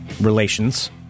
relations